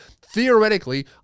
theoretically